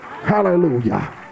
Hallelujah